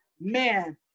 Man